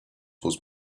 was